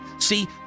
See